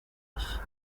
moss